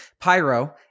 pyro